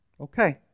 okay